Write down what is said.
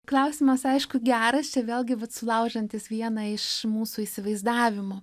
klausimas aišku geras čia vėlgi vat sulaužantis vieną iš mūsų įsivaizdavimų